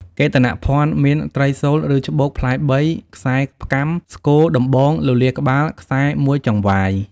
កេតនភណ្ឌមាន ត្រីសូល៍ ឬច្បូកផ្លែ ៣ ខ្សែផ្គាំ ស្គរ ដំបង លលាដ៍ក្បាល ខ្សែ១ចង្វាយ។